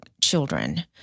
children